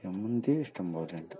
ജമന്തി ഇഷ്ടംപോലെയുണ്ട്